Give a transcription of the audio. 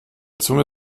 zunge